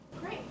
Great